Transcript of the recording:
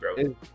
bro